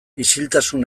isiltasun